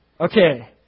Okay